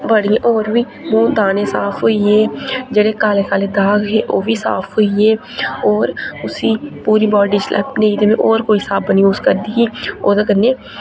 बड़ी होर बी दानें साफ होई गे मिं जेह्ड़े काले काले दाग हे ओह् बी साफ होई गे होर उस्सी पूरी बॉडी च अपनी में होर कोई साबन यूज करदी ही ओह्दे कन्नै